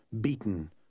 beaten